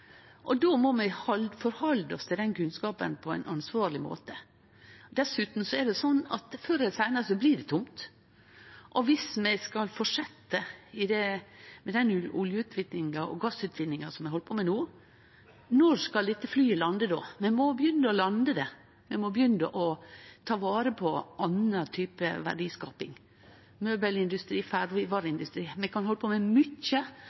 Då må vi forhalde oss til den kunnskapen på ein ansvarleg måte. Dessutan er det sånn at før eller seinare blir det tomt, og viss vi skal fortsetje med den olje- og gassutvinninga vi held på med no, når skal dette flyet lande då? Vi må begynne å lande det, vi må begynne å ta vare på anna type verdiskaping. Møbelindustri, ferdigvareindustri – vi kan halde på med mykje